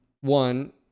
One